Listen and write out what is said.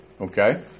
Okay